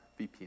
VPN